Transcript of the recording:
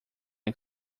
new